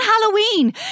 Halloween